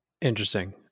Interesting